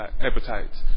appetites